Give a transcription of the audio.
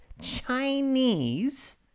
Chinese